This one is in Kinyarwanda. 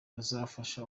ruzafasha